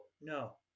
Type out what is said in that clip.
no